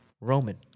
Roman